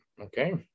okay